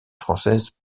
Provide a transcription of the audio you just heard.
française